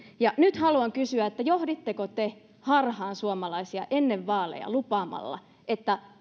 ja nyt haluan kysyä johditteko te harhaan suomalaisia ennen vaaleja lupaamalla että